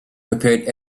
prepared